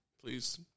please